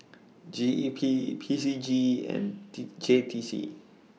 G E P P C G and T J T C